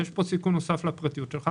יש פה סיכון נוסף לפרטיות שלך.